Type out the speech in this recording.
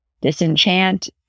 disenchant